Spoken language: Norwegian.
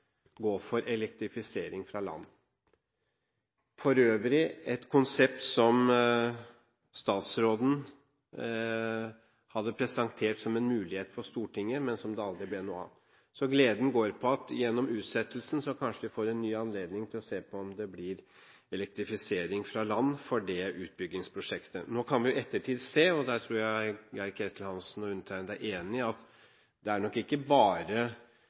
gå for elektrifisering fra land. For øvrig er det et konsept som statsråden hadde presentert som en mulighet for Stortinget, men som det aldri ble noe av. Gleden går på at vi gjennom utsettelsen kanskje får en ny anledning til å se på om det blir elektrifisering fra land for det utbyggingsprosjektet. Nå kan vi jo i ettertid se – og der tror jeg Geir-Ketil Hansen og undertegnede er enige – at det ikke bare